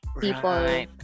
people